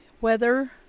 weather